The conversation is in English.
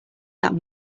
that